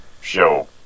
show